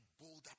bolder